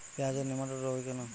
পেঁয়াজের নেমাটোড রোগ কেন হয়?